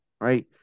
Right